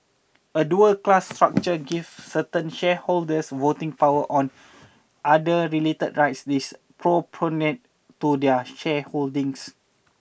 a dual class structure gives certain shareholders voting power or other related rights disproportionate to their shareholding